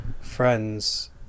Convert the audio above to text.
friends